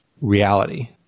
reality